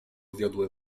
wiodły